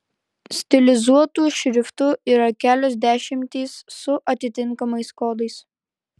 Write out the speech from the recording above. stilizuotų šriftų yra kelios dešimtys su atitinkamais kodais